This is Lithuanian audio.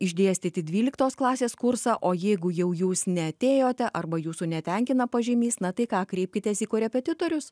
išdėstyti dvyliktos klasės kursą o jeigu jau jūs neatėjote arba jūsų netenkina pažymys na tai ką kreipkitės į korepetitorius